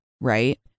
right